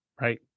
right